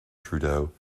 trudeau